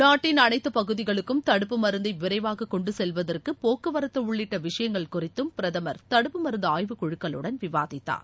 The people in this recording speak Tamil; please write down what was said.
நாட்டின் அனைத்துப் பகுதிகளுக்கும் தடுப்பு மருந்தை விரைவாக கொண்டுச் செல்வதற்கு போக்குவரத்து உள்ளிட்ட விஷயங்கள் குறித்தும் பிரதமர் தடுப்பு மருந்து ஆய்வுக் குழுக்களுடன் விவாதித்தார்